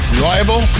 Reliable